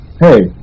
hey